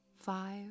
five